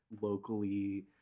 locally